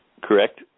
Correct